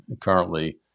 currently